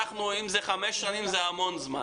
וחמש שנים זה המון זמן.